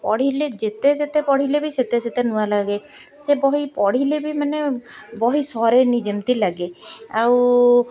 ପଢ଼ିଲେ ଯେତେ ଯେତେ ପଢ଼ିଲେ ବି ସେତେ ସେତେ ନୂଆ ଲାଗେ ସେ ବହି ପଢ଼ିଲେ ବି ମାନେ ବହି ସରେନି ଯେମିତି ଲାଗେ ଆଉ